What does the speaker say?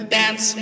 dance